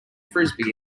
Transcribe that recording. frisbee